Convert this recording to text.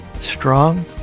strong